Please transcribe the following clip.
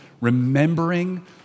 remembering